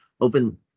Open